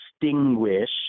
distinguish